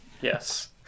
Yes